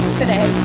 today